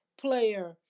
player